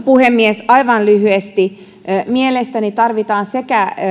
puhemies aivan lyhyesti mielestäni tarvitaan sekä